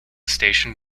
station